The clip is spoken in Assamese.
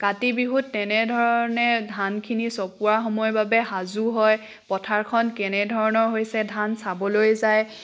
কাতি বিহুত তেনেধৰণে ধানখিনি চপোৱা সময় বাবে সাজু হয় পথাৰখন কেনেধৰণৰ হৈছে ধান চাবলৈ যায়